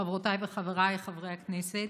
חברותיי וחבריי חברי הכנסת,